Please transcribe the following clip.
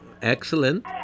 Excellent